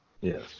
Yes